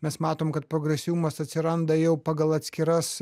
mes matom kad progresyvumas atsiranda jau pagal atskiras